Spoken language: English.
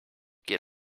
get